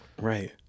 Right